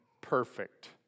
perfect